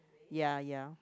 ya ya